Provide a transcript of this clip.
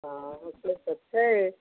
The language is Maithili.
हँ से तऽ छै